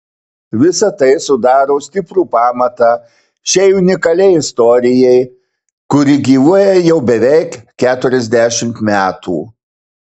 visa tai sudaro stiprų pamatą šiai unikaliai istorijai kuri gyvuoja jau beveik keturiasdešimt metų